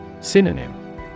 Synonym